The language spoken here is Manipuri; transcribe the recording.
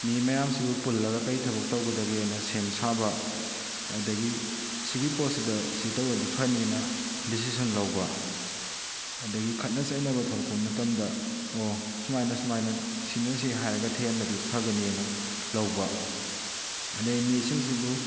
ꯃꯤ ꯃꯌꯥꯝꯁꯤꯕꯨ ꯄꯨꯜꯂꯒ ꯀꯔꯤ ꯊꯕꯛ ꯇꯧꯒꯗꯒꯦꯅ ꯁꯦꯝ ꯁꯥꯕ ꯑꯗꯨꯗꯒꯤ ꯑꯁꯤꯒꯤ ꯄꯣꯠꯁꯤꯗ ꯑꯁꯤ ꯇꯧꯔꯗꯤ ꯐꯅꯤꯅ ꯗꯤꯁꯤꯁꯟ ꯂꯧꯕ ꯑꯗꯨꯗꯒꯤ ꯈꯠꯅ ꯆꯩꯅꯕ ꯊꯣꯛꯂꯛꯄ ꯃꯇꯝꯗ ꯑꯣ ꯁꯨꯃꯥꯏꯅ ꯁꯨꯃꯥꯏꯅ ꯑꯁꯤꯅ ꯁꯤ ꯍꯥꯏꯔꯒ ꯊꯦꯝꯃꯗꯤ ꯐꯒꯅꯦꯅ ꯂꯧꯕ ꯑꯗꯨꯗꯩ ꯃꯤꯁꯤꯡꯁꯤꯕꯨ